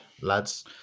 lads